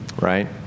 right